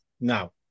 Now